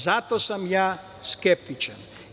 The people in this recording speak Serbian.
Zato sam skeptičan.